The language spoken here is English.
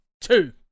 two